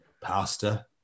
pasta